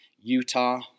Utah